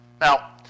Now